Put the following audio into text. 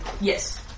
Yes